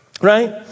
right